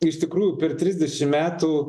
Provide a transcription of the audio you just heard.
iš tikrųjų per trisdešim metų